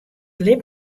lit